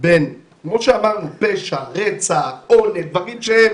בין פשע, רצח, אונס, דברים להם